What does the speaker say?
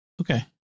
Okay